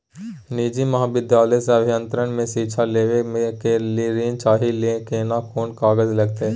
निजी महाविद्यालय से अभियंत्रण मे शिक्षा लेबा ले ऋण चाही केना कोन कागजात लागतै?